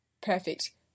Perfect